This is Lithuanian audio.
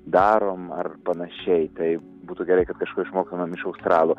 darom ar panašiai tai būtų gerai kad kažko išmokstamėm iš australų